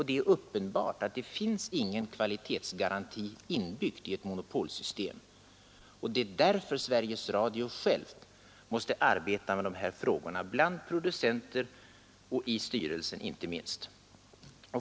Det är uppenbart att det inte finns någon kvalitetsgaranti inbyggd i ett monopolsystem, och det är därför Sveriges Radio själv måste arbeta med de här frågorna.